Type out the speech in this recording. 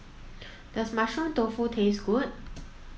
does mushroom tofu taste good